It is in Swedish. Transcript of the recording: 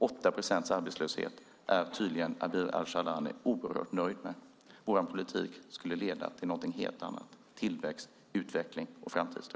8 procents arbetslöshet är tydligen Abir Al-Sahlani oerhört nöjd med. Vår politik skulle leda till någonting helt annat - tillväxt, utveckling och framtidstro.